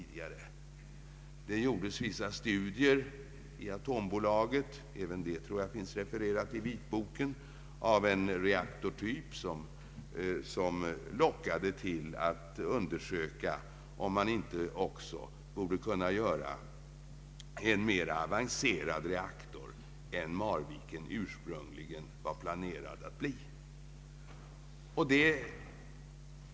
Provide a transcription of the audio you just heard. Det gjordes vissa studier i Atombolaget — något som jag tror finns refererat i vitboken — av en reaktortyp som verkade vara betydligt mera avancerad än Marvikenprojektet ursprungligen var planerat att bli.